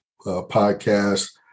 podcast